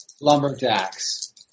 lumberjacks